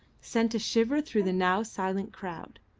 sent a shiver through the now silent crowd.